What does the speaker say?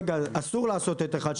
רגע אסור לעשות את אחת,